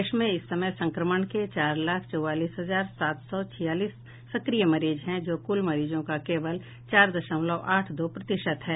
देश में इस समय संक्रमण के चार लाख चौबालीस हजार सात सौ छियालीस सक्रिय मरीज हैं जो कुल मरीजों का केवल चार दशमलव आठ दो प्रतिशत है